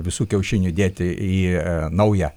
visų kiaušinių dėti į naują